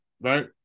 right